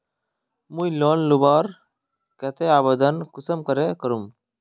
मुई लोन लुबार केते आवेदन कुंसम करे करूम?